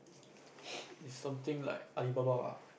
is something like Alibaba